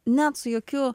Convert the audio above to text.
net su jokiu